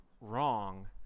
wrong